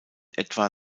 etwa